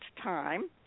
time